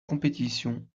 compétition